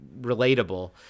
relatable